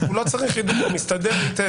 הוא לא צריך עידוד, הוא מסתדר היטב.